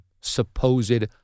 supposed